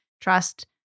trust